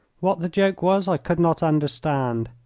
what the joke was i could not understand.